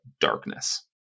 darkness